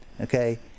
okay